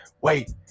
Wait